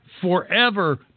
forever